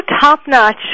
top-notch